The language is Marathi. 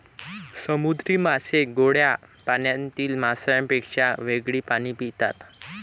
समुद्री मासे गोड्या पाण्यातील माशांपेक्षा वेगळे पाणी पितात